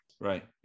right